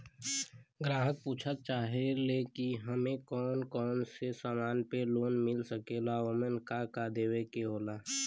ग्राहक पुछत चाहे ले की हमे कौन कोन से समान पे लोन मील सकेला ओमन का का देवे के होला?